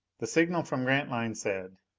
the signal from grantline said,